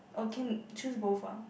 oh can choose both ah